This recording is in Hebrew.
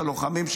את הלוחמים,